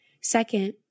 Second